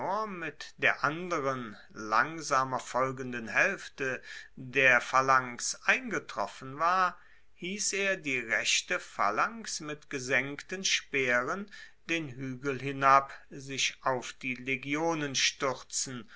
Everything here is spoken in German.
mit der anderen langsamer folgenden haelfte der phalanx eingetroffen war hiess er die rechte phalanx mit gesenkten speeren den huegel hinab sich auf die legionen stuerzen